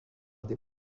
des